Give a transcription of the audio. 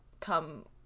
Come